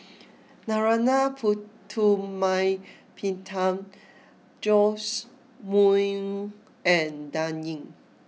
Narana Putumaippittan Joash Moo and Dan Ying